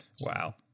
wow